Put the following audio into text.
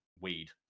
weed